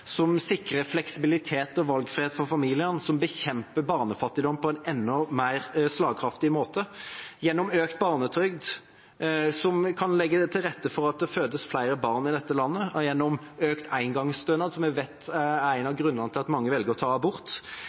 som sikrer fleksibilitet og valgfrihet for familiene, og som bekjemper barnefattigdom på en enda mer slagkraftig måte. Gjennom økt barnetrygd kan vi legge til rette for at det fødes flere barn i dette landet – og også gjennom økt engangsstønad, som vi vet er en av grunnene til at mange velger å ta abort.